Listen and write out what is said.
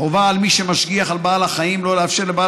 חובה על מי שמשגיח על בעל חיים שלא לאפשר לבעל